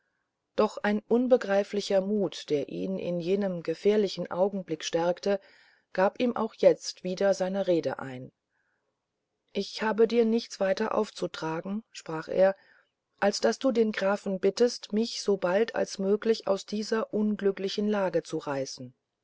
doch ein unbegreiflicher mut der ihn in jenen gefährlichen augenblicken stärkte gab ihm auch jetzt wieder seine reden ein ich habe dir nichts weiter aufzutragen sprach er als daß du den grafen bittest mich so bald als möglich aus dieser unglücklichen lage zu reißen